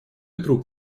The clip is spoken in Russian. друг